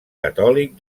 catòlic